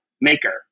maker